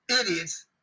idiots